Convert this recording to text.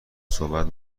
صحبت